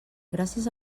gràcies